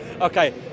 Okay